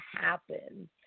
happen